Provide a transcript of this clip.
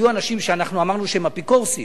היו אנשים שאנחנו אמרנו שהם אפיקורסים,